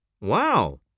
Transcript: Wow